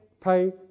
pay